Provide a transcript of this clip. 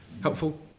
helpful